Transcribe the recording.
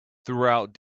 throughout